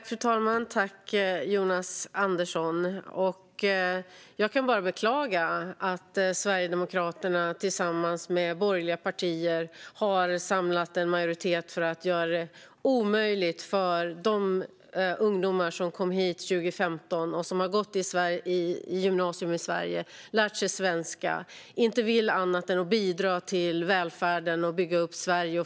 Fru talman! Jag kan bara beklaga att Sverigedemokraterna tillsammans med borgerliga partier har samlat en majoritet för detta. Det gör det omöjligt för de ungdomar som kom hit 2015, som har gått i gymnasiet i Sverige och lärt sig svenska och som inte vill annat än att få ett jobb här, bidra till välfärden och bygga upp Sverige.